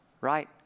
right